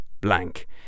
blank